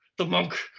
the monk,